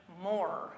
more